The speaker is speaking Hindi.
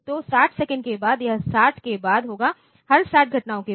तो 60 सेकंड के बाद यह 60 के बाद होगा हर 60 घटनाओं के बाद